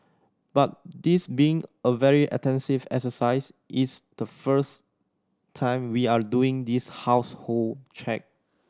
but this being a very extensive exercise it's the first time we are doing this household check